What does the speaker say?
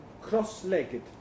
cross-legged